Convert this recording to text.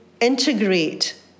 integrate